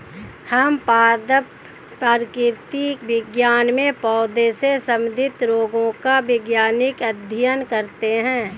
हम पादप विकृति विज्ञान में पौधों से संबंधित रोगों का वैज्ञानिक अध्ययन करते हैं